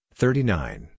thirty-nine